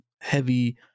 heavy